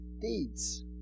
deeds